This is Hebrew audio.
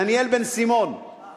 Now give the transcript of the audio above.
דניאל בן-סימון, מה?